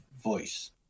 voice